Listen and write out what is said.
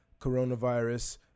coronavirus